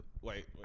wait